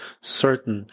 certain